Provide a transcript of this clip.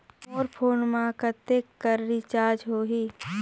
मोर phone मा कतेक कर रिचार्ज हो ही?